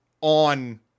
on